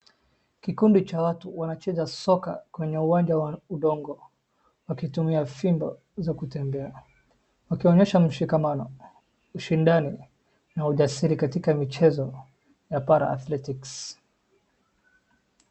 Kikundi cha watu wanacheza soka kwenye uwanja wa udongo wakitumia fimbo za kutembea, wakionyesha mshikamano, ushindani na ujasiri katika michezo ya Para-Athletics .